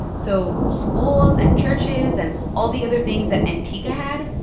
so schools and churches and all the other things that antigua had,